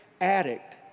addict